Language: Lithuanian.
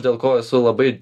dėl ko esu labai